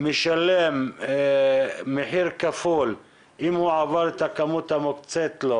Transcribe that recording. משלם מחיר כפול אם הוא עבר את הכמות המוקצית לו,